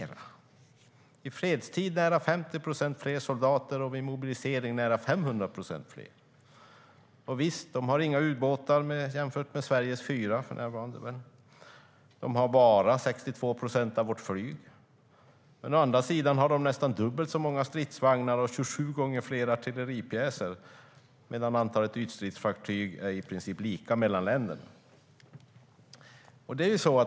I fredstid har de nära 50 procent fler soldater och vid mobilisering nära 500 procent fler. Visst, de har inga ubåtar, jämfört med Sveriges fyra för närvarande. De har bara 62 procent av vårt flyg. Å andra sidan har de nästan dubbelt så många stridsvagnar och 27 gånger fler artilleripjäser, medan antalet ytstridsfartyg i länderna är i princip lika.